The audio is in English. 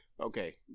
Okay